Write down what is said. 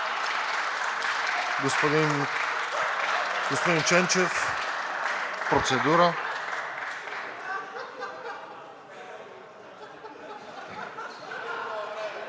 Господин Ченчев, процедура.